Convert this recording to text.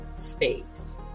space